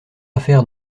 affaire